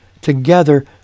together